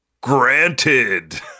granted